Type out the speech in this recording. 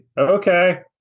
Okay